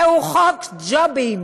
זהו חוק ג'ובים.